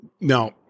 Now